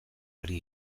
ari